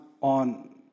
on